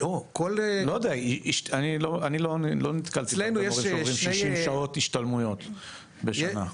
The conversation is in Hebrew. אני לא נתקלתי במורים שעוברים 60 שעות השתלמויות בשנה.